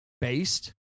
based